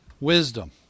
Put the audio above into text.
wisdom